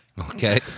Okay